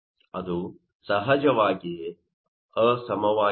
ಅದು ಸಹಜವಾಗಿಯೇ ಅಸಮಾಗಿಲ್ಲ